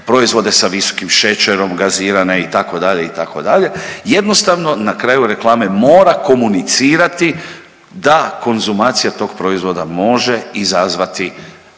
proizvode sa visokim šećerom, gazirana itd., itd. jednostavno na kraju reklame mora komunicirati da konzumacija tog proizvoda može izazvati